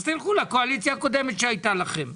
אז תלכו לקואליציה הקודמת שהייתה לכם.